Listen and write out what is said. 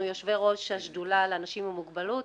יושבי-ראש השדולה לאנשים עם מוגבלות.